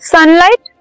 Sunlight